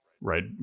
Right